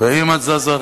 ואם את זזה,